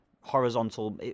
horizontal